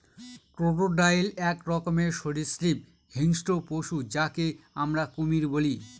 crocodile এক রকমের সরীসৃপ হিংস্র পশু যাকে আমরা কুমির বলি